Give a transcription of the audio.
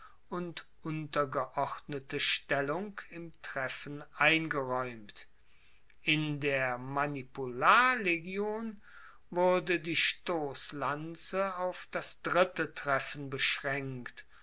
und untergeordnete stellung im treffen eingeraeumt in der manipularlegion wurde die stosslanze auf das dritte treffen beschraenkt